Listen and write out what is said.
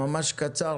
ממש קצר,